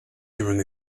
given